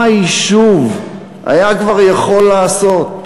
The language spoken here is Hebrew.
מה היישוב היה כבר יכול לעשות?